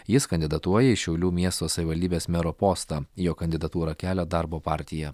jis kandidatuoja į šiaulių miesto savivaldybės mero postą jo kandidatūrą kelia darbo partija